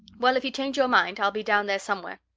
well, if you change your mind, i'll be down there somewhere,